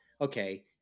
okay